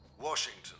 Washington